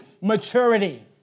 Maturity